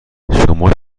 شما